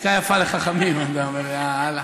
שתיקה יפה לחכמים, אתה אומר, יאללה.